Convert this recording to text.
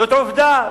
זאת עובדה.